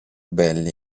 belli